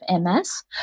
MS